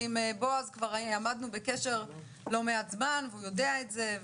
ועם בועז עמדנו בקשר לא מעט זמן והוא יודע את זה.